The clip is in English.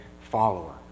follower